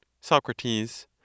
Socrates